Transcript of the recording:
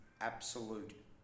absolute